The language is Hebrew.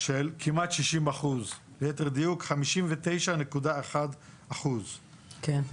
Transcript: של כמעט 60%, ליתר דיוק 59.1%. כן.